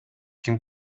ким